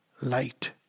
light